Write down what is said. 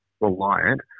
reliant